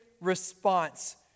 response